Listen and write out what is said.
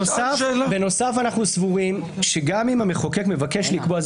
בנוסף אנחנו סבורים שגם אם המחוקק מבקש לקבוע,